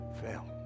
fail